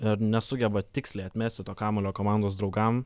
ir nesugeba tiksliai atmesti to kamuolio komandos draugam